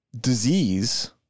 disease